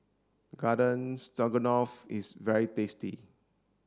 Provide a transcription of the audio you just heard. Garden Stroganoff is very tasty